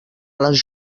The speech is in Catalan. les